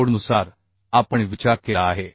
कोडनुसार आपण विचार केला आहे